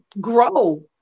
grow